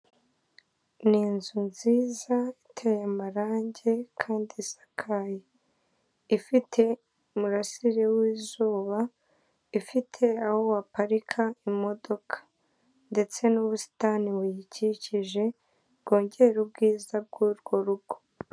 Ni inzu nziza iteye amarange kandi isakaye. Ifite umurasire w'izuba, ifite aho baparika imodoka. Ndetse n'ubusitani buyikikije bwongere ubwiza bw'urwo rugo.